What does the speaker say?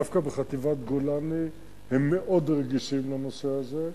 דווקא בחטיבת גולני הם מאוד רגישים לנושא הזה.